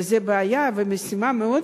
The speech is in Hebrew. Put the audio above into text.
וזו בעיה ומשימה מאוד